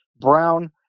brown